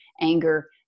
anger